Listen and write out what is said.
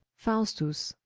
faustus,